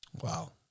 Wow